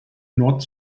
nord